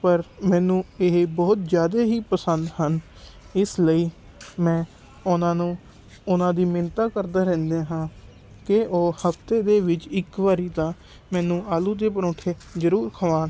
ਪਰ ਮੈਨੂੰ ਇਹ ਬਹੁਤ ਜ਼ਿਆਦਾ ਹੀ ਪਸੰਦ ਹਨ ਇਸ ਲਈ ਮੈਂ ਉਹਨਾਂ ਨੂੰ ਉਹਨਾਂ ਦੀ ਮਿੰਨਤਾਂ ਕਰਦਾ ਰਹਿੰਦਾ ਹਾਂ ਕਿ ਉਹ ਹਫਤੇ ਦੇ ਵਿੱਚ ਇੱਕ ਵਾਰੀ ਤਾਂ ਮੈਨੂੰ ਆਲੂ ਦੇ ਪਰੌਂਠੇ ਜ਼ਰੂਰ ਖਵਾਉਣ